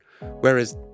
whereas